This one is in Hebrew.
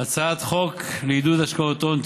הצעת חוק לעידוד השקעות הון,